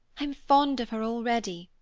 i'm fond of her already.